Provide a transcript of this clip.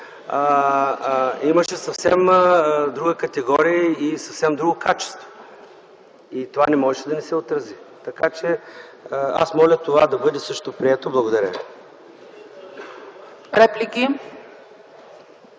имаше съвсем друга категория и съвсем друго качество и това не можеше да не се отрази. Аз моля това също да бъде прието. Благодаря Ви.